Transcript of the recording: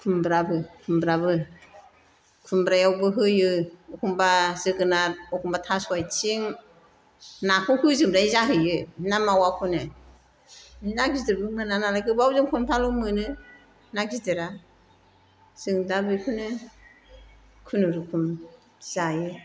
खुमब्राबो खुमब्रायावबो होयो एखमब्ला जोगोनार एखमब्ला थास' आथिं नाखौ होजोबनाया जाहैयो ना मावाखौनो ना गिदिरबो मोना नालाय गोबावजों खनफाल' मोनो ना गिदिरा जों दा बेखौनो खुनुरुखुम जायो